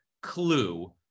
clue